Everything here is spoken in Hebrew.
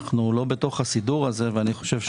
אנחנו לא בתוך הסידור הזה ויש לי הרבה מה לומר.